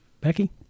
Becky